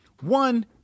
one